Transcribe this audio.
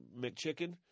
McChicken